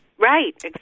Right